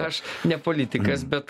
aš ne politikas bet